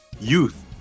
youth